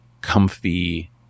comfy